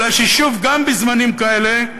עולה ששוב, גם בזמנים כאלה,